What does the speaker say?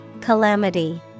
Calamity